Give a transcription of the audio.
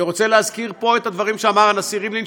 אני רוצה להזכיר פה את הדברים שאמר הנשיא ריבלין,